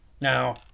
Now